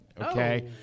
Okay